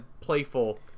playful